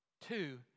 Two